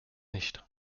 nicht